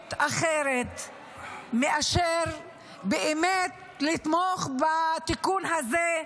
אפשרות אחרת מאשר לתמוך בתיקון הזה מיידית.